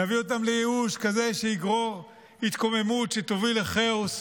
נביא אותם לייאוש כזה שיגרור התקוממות שתוביל לכאוס.